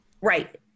Right